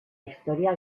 historia